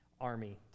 army